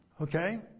Okay